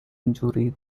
injury